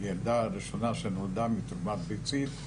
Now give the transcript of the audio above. עם הילדה הראשונה שנולדה מתרומת ביצית,